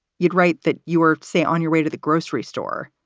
you'd write that you were safe on your way to the grocery store.